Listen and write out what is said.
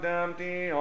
empty